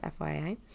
FYI